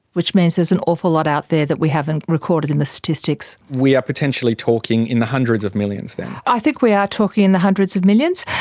which means there's an awful lot out there that we haven't recorded in the statisticsmario christodoulou we are potentially talking in the hundreds of millions then? i think we are talking in the hundreds of millions,